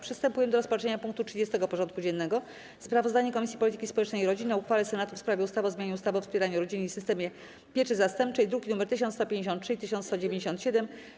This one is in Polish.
Przystępujemy do rozpatrzenia punktu 30. porządku dziennego: Sprawozdanie Komisji Polityki Społecznej i Rodziny o uchwale Senatu w sprawie ustawy o zmianie ustawy o wspieraniu rodziny i systemie pieczy zastępczej (druki nr 1153 i 1197)